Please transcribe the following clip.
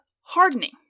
hardening